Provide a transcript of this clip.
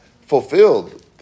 fulfilled